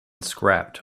scrapped